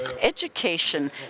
education